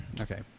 okay